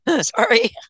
Sorry